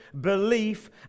belief